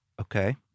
Okay